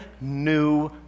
new